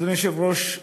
אדוני היושב-ראש,